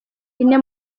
ine